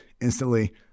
instantly